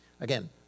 Again